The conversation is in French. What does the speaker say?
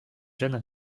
jeune